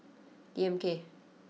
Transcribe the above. D M K